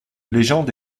légende